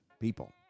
people